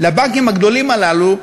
לבנקים הגדולים הללו,